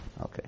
okay